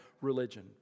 religion